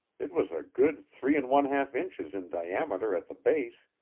it was a good three and one-half inches in diameter at the base,